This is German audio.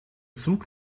zug